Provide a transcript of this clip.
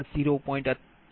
7826